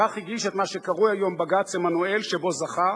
כך הגיש את מה שקרוי היום "בג"ץ עמנואל", שבו זכה,